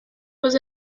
was